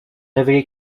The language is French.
révélé